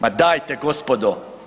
Ma dajte gospodo.